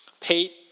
Pete